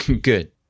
good